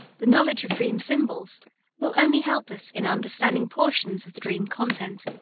the knowledge of dream symbols will only help us in understanding portions of the dream content,